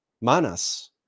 manas